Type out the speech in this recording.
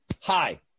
Hi